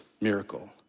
miracle